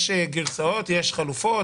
יש גרסאות וחלופות,